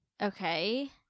Okay